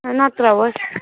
नत्र हवस्